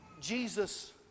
Jesus